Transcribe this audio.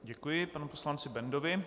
Děkuji panu poslanci Bendovi.